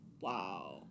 wow